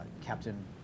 Captain